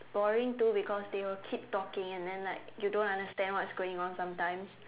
boring too because they will keep talking and then like you don't understand what's going on sometimes